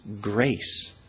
grace